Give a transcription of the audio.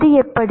அது எப்படி